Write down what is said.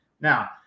Now